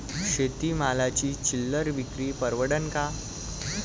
शेती मालाची चिल्लर विक्री परवडन का?